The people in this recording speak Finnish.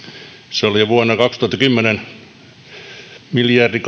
se oli jo vuonna kaksituhattakymmenen miljardi